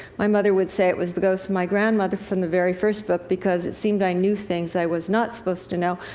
my mother would say it was the ghost of my grandmother from the very first book, because it seemed i knew things i was not supposed to know.